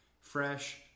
Fresh